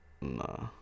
Nah